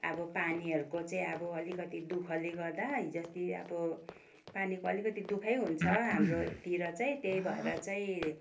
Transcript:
अब पानीहरूको चाहिँ अब अलिकति दुःखले गर्दा हिजो अस्ति अब पानीको अलिकति दु खै हुन्छ हाम्रोतिर चाहिँ त्यही भएर चाहिँ